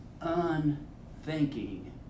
unthinking